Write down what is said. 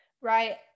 Right